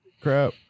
crap